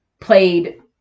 played